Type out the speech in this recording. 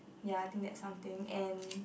ya I think that something and